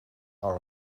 are